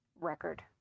record